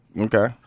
Okay